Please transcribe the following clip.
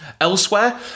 Elsewhere